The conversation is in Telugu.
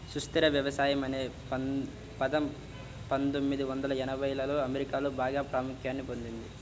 సుస్థిర వ్యవసాయం అనే పదం పందొమ్మిది వందల ఎనభైలలో అమెరికాలో బాగా ప్రాముఖ్యాన్ని పొందింది